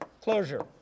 closure